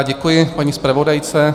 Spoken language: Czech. Děkuji paní zpravodajce.